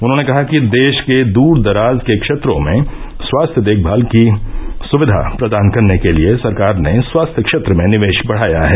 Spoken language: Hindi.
उन्होंने कहा कि देश के दूर दराज के क्षेत्रों में स्वास्थ्य देखभाल की सुक्विा प्रदान करने के लिए सरकार ने स्वास्थ्य क्षेत्र में निवेश बढाया है